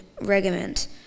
regiment